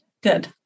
Good